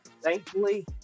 thankfully